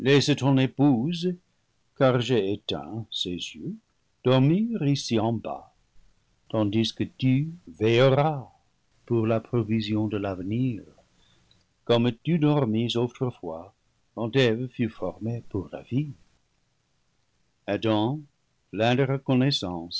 ton épouse car j'ai éteint ses yeux dormir ici en bas tandis que tu veilleras pour la provision de l'avenir comme lu dormis autrefois quand eve fut formée pour la vie adam plein de reconnaissance